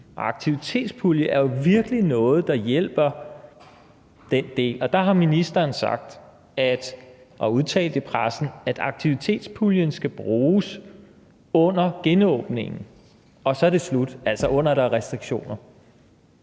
Aktivitetspuljen er jo virkelig noget, der hjælper den del. Og der har ministeren sagt og udtalt i pressen, at aktivitetspuljen skal bruges under genåbningen, og så er det slut – altså mens der er restriktioner.